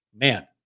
man